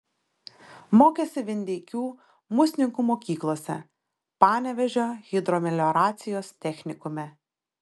mokėsi vindeikių musninkų mokyklose panevėžio hidromelioracijos technikume